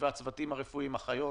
אנחנו פועלים אל מול פקודות אחרות.